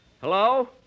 hello